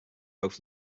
both